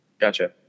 Gotcha